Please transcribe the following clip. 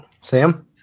Sam